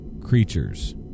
creatures